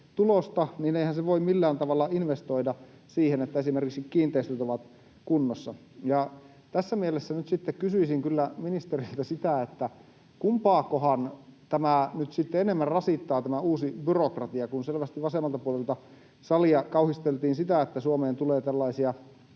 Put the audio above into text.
niin eihän se voi millään tavalla investoida siihen, että esimerkiksi kiinteistöt ovat kunnossa. Tässä mielessä nyt sitten kysyisin kyllä ministeriltä, kumpaakohan tämä uusi byrokratia nyt sitten enemmän rasittaa, kun selvästi vasemmalta puolelta salia kauhisteltiin sitä, että Suomeen tulee tällaisia